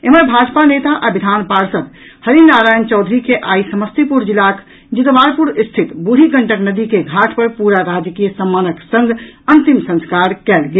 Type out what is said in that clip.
एम्हर भाजपा नेता आ विधान पार्षद हरिनारायण चौधरी के आइ समस्तीपुर जिलाक जितवारपुर स्थित बुढी गंडक नदी के घाट पर पूरा राजकीय सम्मानक संग अंतिम संस्कार कयल गेल